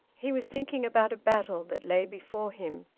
he was thinking about a battle that lay before him,